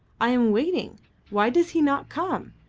i am waiting why does he not come?